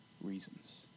reasons